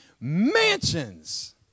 mansions